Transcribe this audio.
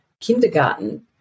kindergarten